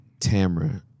Tamra